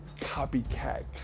copycat